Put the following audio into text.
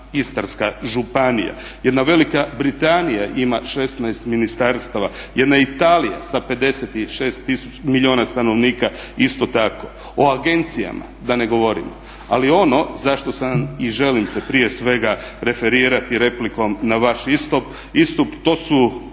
Istarska županija. Jedna Velika Britanija ima 16 ministarstava, jedna Italija sa 56 milijuna stanovnika isto tako. O agencijama da ne govorimo. Ali ono za što sam i želim se prije svega referirati replikom na vaš istup to su